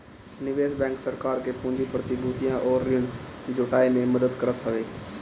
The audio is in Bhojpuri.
निवेश बैंक सरकार के पूंजी, प्रतिभूतियां अउरी ऋण जुटाए में मदद करत हवे